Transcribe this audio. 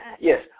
Yes